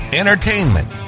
entertainment